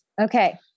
Okay